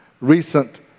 recent